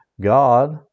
God